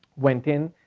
went in,